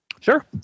Sure